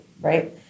right